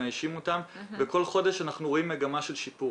לוקח זמן עד שמאיישים אותם וכל חודש אנחנו רואים מגמה של שיפור.